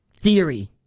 theory